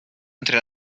entre